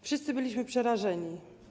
Wszyscy byliśmy przerażeni.